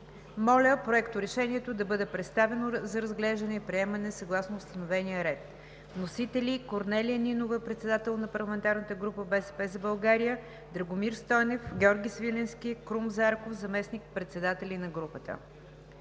Моля Проекторешението да бъде представено за разглеждане и приемане съгласно установения ред.“ Вносители са Корнелия Нинова – председател на парламентарната група на „БСП за България“, Драгомир Стойнев, Георги Свиленски, Крум Зарков – заместник-председатели на групата.